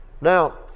Now